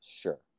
sure